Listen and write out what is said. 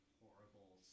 horrible